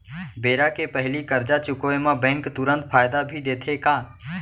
बेरा के पहिली करजा चुकोय म बैंक तुरंत फायदा भी देथे का?